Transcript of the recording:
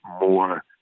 more